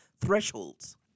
thresholds